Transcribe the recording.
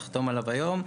נחתום עליו היום.